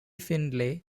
findlay